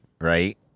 right